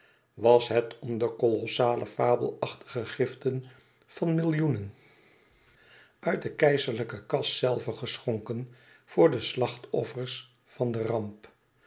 was het om de kolossale fabelachtige giften van millioenen uit de keizerlijke kas zelve geschonken voor de slachtoffers van den ramp